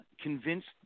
convinced